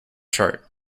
chart